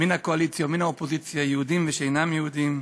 מן הקואליציה והאופוזיציה, יהודים ושאינם יהודים,